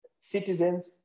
citizens